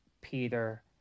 Peter